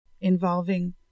involving